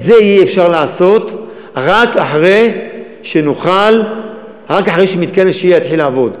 את זה יהיה אפשר לעשות רק אחרי שמתקן השהייה יתחיל לעבוד.